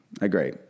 agree